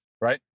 right